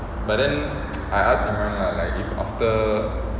but then I asked imran lah like if after